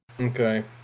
Okay